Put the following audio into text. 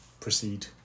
proceed